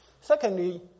Secondly